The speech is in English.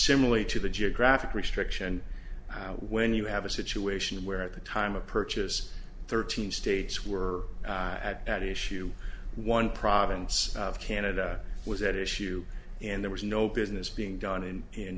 similarly to the geographic restriction when you have a situation where at the time of purchase thirteen states were at issue one province of canada was at issue and there was no business being done in in